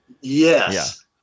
yes